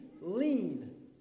lean